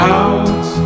out